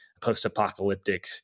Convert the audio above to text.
post-apocalyptic